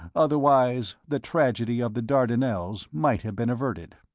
otherwise, the tragedy of the dardanelles might have been averted.